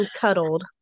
cuddled